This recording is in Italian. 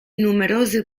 numerose